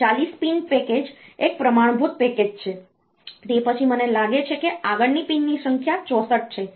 આ 40 pin package એક પ્રમાણભૂત પેકેજ છે તે પછી મને લાગે છે કે આગળની પિનની સંખ્યા 64 છે